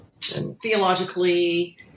theologically